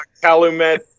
Calumet